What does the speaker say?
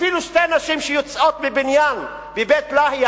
אפילו שתי נשים שיוצאות מבניין בבית-להיה,